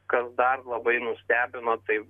kas dar labai nustebino tai